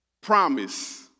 promise